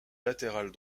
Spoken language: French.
latéral